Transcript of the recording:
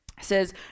says